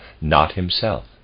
not-himself